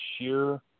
sheer